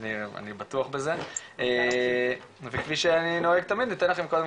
אני בטוח בזה, וכפי שאני נוהג תמיד, ניתן לכם קודם